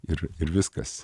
ir ir viskas